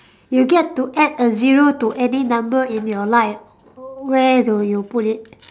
you get to add a zero to any number in your life where do you put it